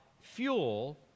fuel